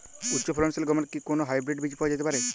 উচ্চ ফলনশীল গমের কি কোন হাইব্রীড বীজ পাওয়া যেতে পারে?